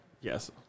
Yes